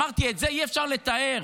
אמרתי, את זה אי-אפשר לתאר.